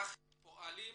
אך מופעלים